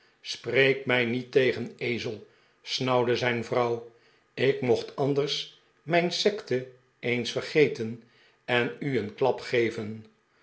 spreek mij niet tegen ezel snauwde zijn vrouw ik mocht anders mijn sekte eens verge ten en u een klap geven